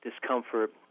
discomfort